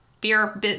beer